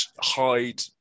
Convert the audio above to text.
hide